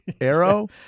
arrow